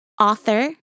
author